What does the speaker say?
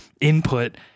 input